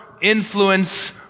influence